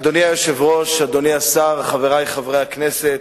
אדוני היושב-ראש, אדוני השר, חברי חברי הכנסת,